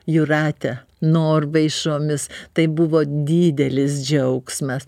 jūrate norvaišomis tai buvo didelis džiaugsmas